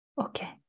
Okay